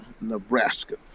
Nebraska